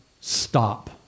stop